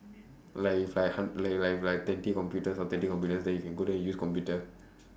like it's like hun~ like like like twenty computers or thirty computers then you can go there and use computer